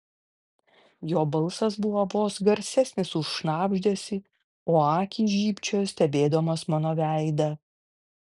jo balsas buvo vos garsesnis už šnabždesį o akys žybčiojo stebėdamos mano veidą